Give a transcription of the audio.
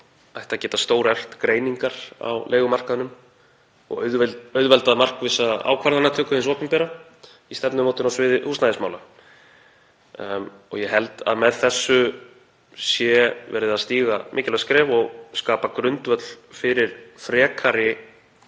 ætti að geta stóreflt greiningar á leigumarkaðnum og auðveldað markvissa ákvarðanatöku hins opinbera í stefnumótun á sviði húsnæðismála. Ég held að með þessu sé verið að stíga mikilvægt skref og skapa grundvöll fyrir frekari